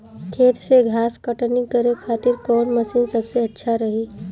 खेत से घास कटनी करे खातिर कौन मशीन सबसे अच्छा रही?